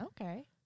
Okay